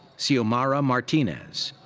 siomara martinez.